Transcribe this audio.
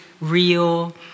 real